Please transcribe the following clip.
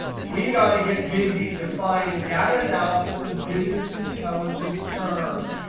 we've got to get busy defining data analysis and business intelligence terms.